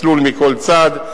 מסלול מכל צד.